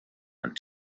and